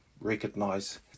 recognize